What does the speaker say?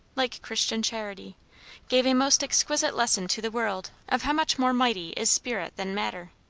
like christian charity gave a most exquisite lesson to the world, of how much more mighty is spirit than matter.